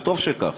וטוב שכך.